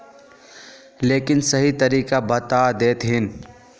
लेकिन सही तरीका बता देतहिन?